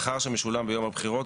בסעיף 31, בסופו יבוא: